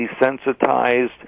desensitized